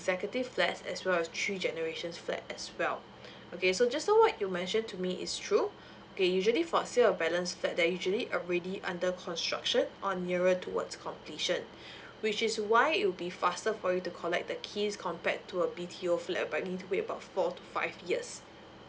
executive flats as well as three generations flat as well okay so just so what you mentioned to me is true they usually for sale a balance flat they usually are already under construction or nearer towards competition which is why it would be faster for you to collect the keys compared to a B_T_O flat whereby you need to be about four to five years